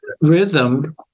rhythm